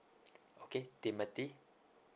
okay timothy